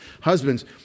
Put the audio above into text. Husbands